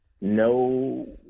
no